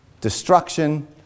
destruction